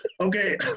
Okay